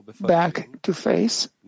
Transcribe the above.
back-to-face